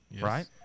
right